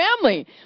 family